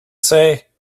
say